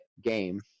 game